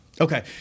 Okay